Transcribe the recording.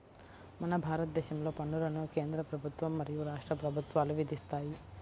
మన భారతదేశంలో పన్నులను కేంద్ర ప్రభుత్వం మరియు రాష్ట్ర ప్రభుత్వాలు విధిస్తాయి